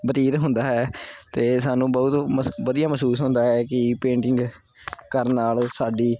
ਬਤੀਤ ਹੁੰਦਾ ਹੈ ਅਤੇ ਸਾਨੂੰ ਬਹੁਤ ਮਸੂ ਵਧੀਆ ਮਹਿਸੂਸ ਹੁੰਦਾ ਹੈ ਕਿ ਪੇਂਟਿੰਗ ਕਰਨ ਨਾਲ ਸਾਡੀ